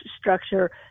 structure